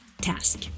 task